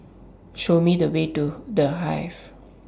Show Me The Way to The Hive